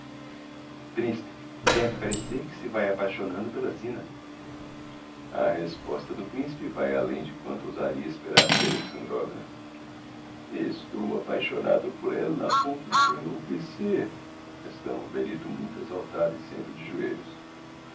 quer me parecer que se vae apaixonando pela zina a resposta do principe vae além de quanto ousaria esperar maria alexandrovna estou apaixonado por ella a ponto d'enlouquecer exclama o velhito muito exaltado e sempre de joelhos